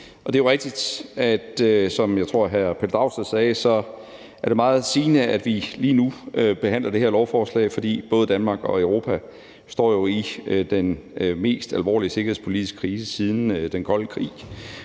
Det er rigtigt, som jeg tror at hr. Pelle Dragsted sagde, at det er meget sigende, at vi lige nu behandler det her lovforslag, for både Danmark og Europa står jo i den mest alvorlige sikkerhedspolitiske krise siden den kolde krig,